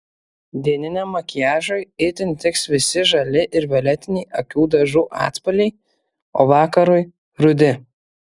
dieniniam makiažui itin tiks visi žali ir violetiniai akių dažų atspalviai o vakarui rudi